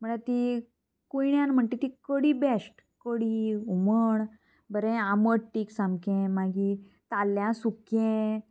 म्हळ्यार ती कुयण्यान म्हणटा ती कडी बेश्ट कडी हुमण बरें आमट तीक सामकें मागीर ताल्ल्या सुकें